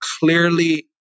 clearly